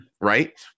Right